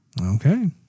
Okay